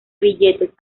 billetes